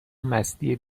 مستی